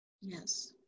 Yes